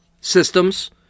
systems